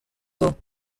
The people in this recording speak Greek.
του